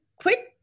quick